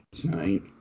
tonight